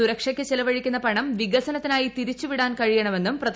സുരക്ഷയ്ക്ക് ചെലവഴിക്കുന്ന പണം വികസനത്തിനായി തിരിച്ചുവിടാൻ കഴിയണമെന്നും പ്രധാനമന്ത്രി